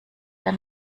der